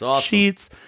sheets